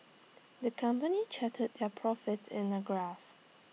the company charted their profits in A graph